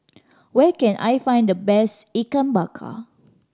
where can I find the best Ikan Bakar